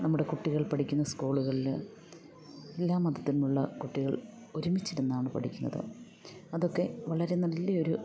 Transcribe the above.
നമ്മുടെ കുട്ടികൾ പഠിക്കുന്ന സ്കൂള്കളിൽ എല്ലാ മതത്തിലുമുള്ള കുട്ടികൾ ഒരുമിച്ചിരുന്നാണ് പഠിക്കുന്നത് അതൊക്കെ വളരെ നല്ലയൊരു